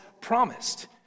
promised